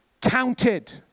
counted